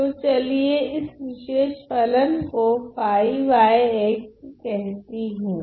तो चलिए इस विशेष फलन को कहती हूँ